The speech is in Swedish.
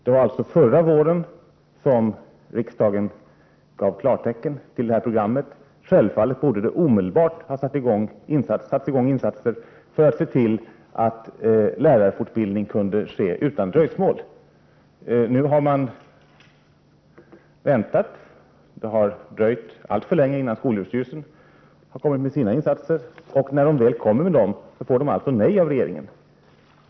Det var alltså förra våren som riksdagen gav klartecken till detta program. Självfallet borde det omedelbart ha satts i gång insatser så att fortbildningen kunde ske utan dröjsmål. Nu har man väntat, och det har dröjt alltför länge innan skolöverstyrelsen har kommit med sina insatser. Och när skolöverstyrelsen väl kommer med dessa får man alltså nej av regeringen.